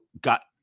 got